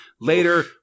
Later